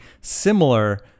similar